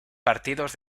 partidos